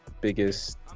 biggest